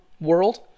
world